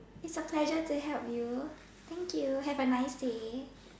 is a pleasure just to help you thank you have a nice day